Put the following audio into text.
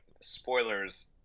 spoilers